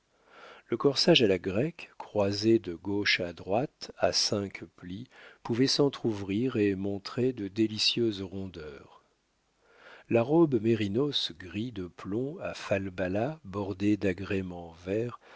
le corsage à la grecque croisé de gauche à droite à cinq plis pouvait s'entrouvrir et montrer de délicieuses rondeurs la robe mérinos gris de plomb à falbalas bordés d'agréments verts